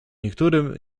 niektórym